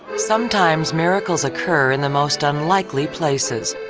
sometimes miracles occur in the most unlikely places.